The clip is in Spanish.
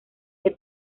que